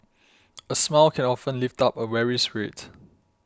a smile can often lift up a weary spirit